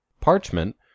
Parchment